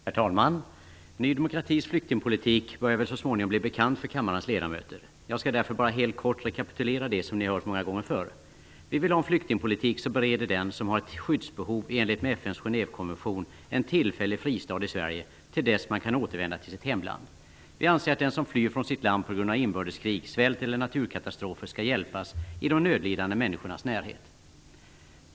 Herr talman! Ny demokratis flyktingpolitik börjar väl så småningom bli bekant för kammarens ledamöter. Jag skall därför bara helt kort rekapitulera det som ni hört många gånger förut. Vi vill ha en flyktningpolitik som bereder den som har ett skyddsbehov i enlighet med FN:s Genèvekonvention en tillfällig fristad i Sverige till dess man kan återvända till sitt hemland. Vi anser att den som flyr från sitt land på grund av inbördeskrig, svält eller naturkatastrofer skall hjälpas i de nödlidande människornas närhet.